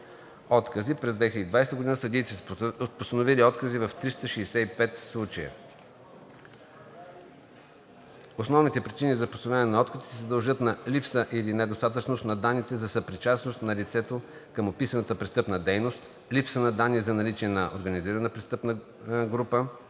През 2020 г. съдиите са постановили откази в 365 случая. Основните причини за постановяване на откази се дължат на липса или недостатъчност на данните за съпричастност на лицето към описаната престъпна дейност; липса на данни за наличие на организирана престъпна група;